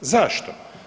Zašto?